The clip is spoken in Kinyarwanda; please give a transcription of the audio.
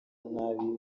nabi